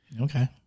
Okay